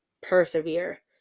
persevere